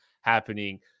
happening